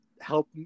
help